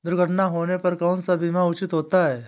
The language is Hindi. दुर्घटना होने पर कौन सा बीमा उचित होता है?